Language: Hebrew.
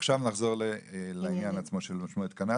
עכשיו נחזור לעניין עצמו שלשמו התכנסנו,